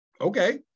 okay